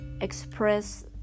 express